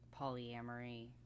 polyamory